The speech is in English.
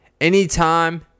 Anytime